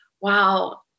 Wow